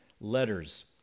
letters